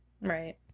Right